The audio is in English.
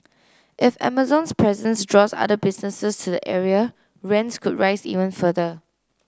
if Amazon's presence draws other businesses to the area rents could rise even further